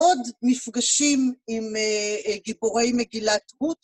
עוד מפגשים עם גיבורי מגילת רות.